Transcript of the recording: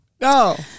No